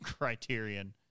criterion